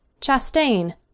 Chastain